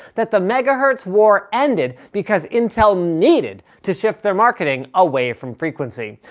that the megahertz war ended because intel needed to shift their marketing away from frequency.